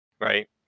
right